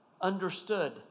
understood